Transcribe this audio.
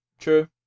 True